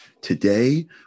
today